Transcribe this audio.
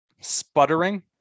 sputtering